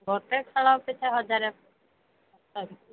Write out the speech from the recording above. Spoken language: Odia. ଗୋଟେ ଖେଳ ପିଛା ହଜାରେ